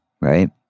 right